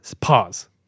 Pause